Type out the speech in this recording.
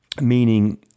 meaning